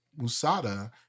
Musada